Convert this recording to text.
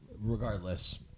regardless